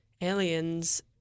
aliens